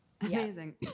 Amazing